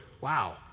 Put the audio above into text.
Wow